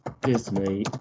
Disney